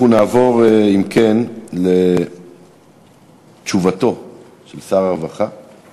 אנחנו נעבור, אם כן, לתשובתו של שר הרווחה